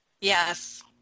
Yes